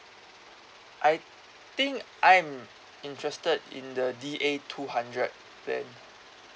I think I'm interested in the D_A two hundred that